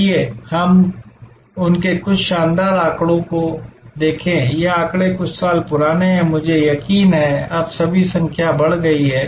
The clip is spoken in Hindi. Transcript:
आइए हम उनके कुछ शानदार आंकड़ों को देखें ये आंकड़े कुछ साल पुराने हैं मुझे यकीन है कि अब सभी संख्या काफी बढ़ गई है